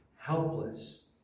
helpless